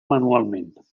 manualment